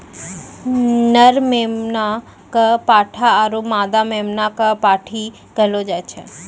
नर मेमना कॅ पाठा आरो मादा मेमना कॅ पांठी कहलो जाय छै